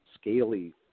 scaly